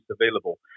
available